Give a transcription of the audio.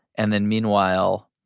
and then meanwhile,